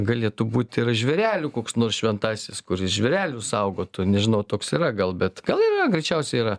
galėtų būt ir žvėrelių koks nors šventasis kuris žvėrelius saugotų nežinau toks yra gal bet gal ir yra greičiausiai yra